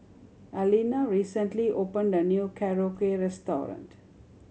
Allena recently opened a new Korokke Restaurant